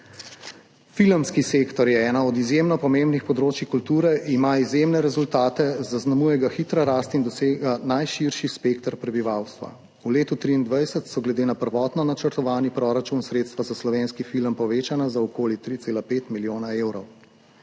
Filmski sektor je eno od izjemno pomembnih področij kulture, ima izjemne rezultate, zaznamuje ga hitra rast in dosega najširši spekter prebivalstva. V letu 2023 so glede na prvotno načrtovani proračun sredstva za slovenski film povečana za okoli 3,5 milijona evrov.